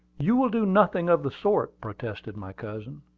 you will do nothing of the sort, protested my cousin.